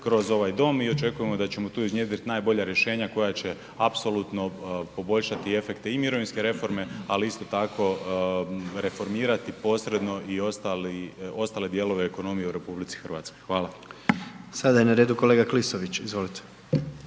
kroz ovaj Dom i očekujemo da ćemo tu iznjedriti najbolja rješenja koja će apsolutno poboljšati efekte i mirovinske reforme ali isto tako reformirati posredno i ostali, ostale dijelove ekonomije u RH. Hvala. **Jandroković, Gordan (HDZ)** Sada je na redu kolega Klisović, izvolite.